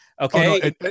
Okay